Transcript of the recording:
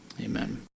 Amen